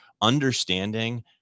understanding